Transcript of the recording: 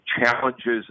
challenges